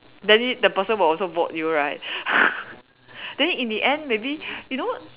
then the the person will also vote you right then in the end maybe you know